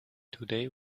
today